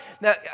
now